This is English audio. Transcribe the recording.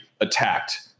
attacked